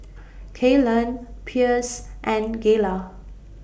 Kaylan Pierce and Gayla